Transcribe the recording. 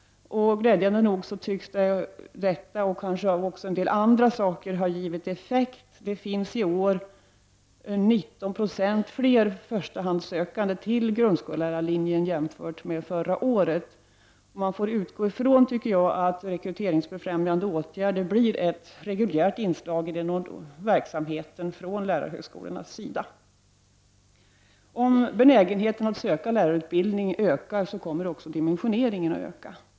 Glädjande nog tycks detta och kanske också andra saker ha givit effekt. Det finns i år 19 96 fler förstahandssökande till grundskollärarlinjen jämfört med förra året. Man får utgå ifrån, tycker jag, att rekryteringsbefrämjande åtgärder blir ett reguljärt inslag i den ordinarie verksamheten vid lärarhögskolorna. Om benägenheten att söka lärarutbildning ökar kommer också dimensioneringen att öka.